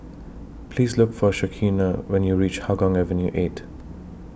Please Look For Shaneka when YOU REACH Hougang Avenue eight